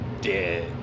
dead